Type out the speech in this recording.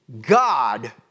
God